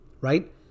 Right